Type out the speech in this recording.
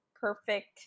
perfect